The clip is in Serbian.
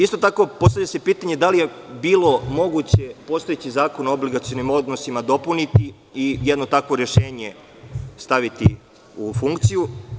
Isto tako, postavlja se pitanje da li je bilo moguće postojeći Zakon o obligacionim odnosima dopuniti i jedno takvo rešenje staviti u funkciju?